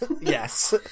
Yes